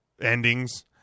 endings